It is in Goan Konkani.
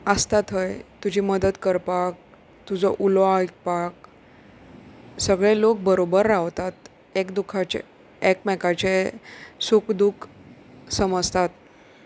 आसता थंय तुजी मदत करपाक तुजो उलोव आयकपाक सगळे लोक बरोबर रावतात एक दुखाचे एकमेकाचे सुूख दूख समजतात